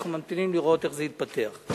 ואנחנו ממתינים לראות איך זה יתפתח.